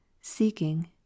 seeking